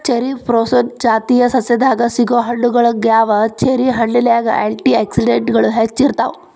cherry ಪ್ರೂನುಸ್ ಜಾತಿಯ ಸಸ್ಯದಾಗ ಸಿಗೋ ಹಣ್ಣುಗಳಗ್ಯಾವ, ಚೆರಿ ಹಣ್ಣಿನ್ಯಾಗ ಆ್ಯಂಟಿ ಆಕ್ಸಿಡೆಂಟ್ಗಳು ಹೆಚ್ಚ ಇರ್ತಾವ